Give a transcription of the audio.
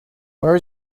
where